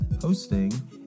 hosting